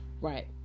right